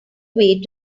way